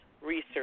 research